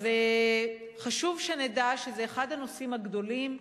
חשוב שנדע שזה אחד הנושאים הגדולים,